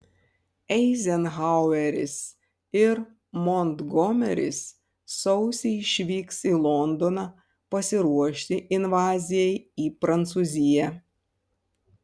eizenhaueris ir montgomeris sausį išvyks į londoną pasiruošti invazijai į prancūziją